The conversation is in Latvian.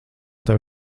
tev